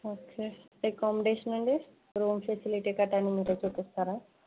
ఒకే accommodation అండీ room facility గట్టా అన్నిమిరే చూపిస్తారా